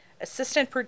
assistant